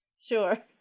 Sure